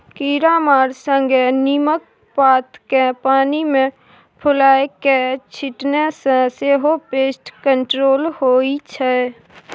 कीरामारा संगे नीमक पात केँ पानि मे फुलाए कए छीटने सँ सेहो पेस्ट कंट्रोल होइ छै